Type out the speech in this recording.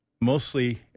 mostly